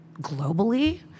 globally